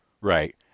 Right